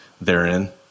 therein